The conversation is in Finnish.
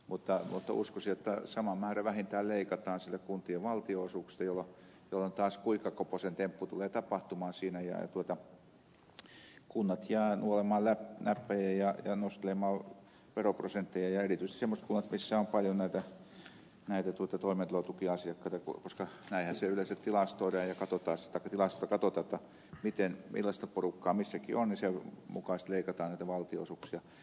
mutta uskoisin että sama määrä vähintään leikataan kuntien valtionosuuksista jolloin taas kuikka koposen temppu tulee tapahtumaan siinä ja kunnat jäävät nuolemaan näppejään ja nostelemaan veroprosentteja ja erityisesti semmoiset kunnat missä on paljon näitä toimeentulotukiasiakkaita koska näinhän se yleensä tilastoista katsotaan millaista porukkaa missäkin on ja sen mukaan sitten leikataan valtionosuuksia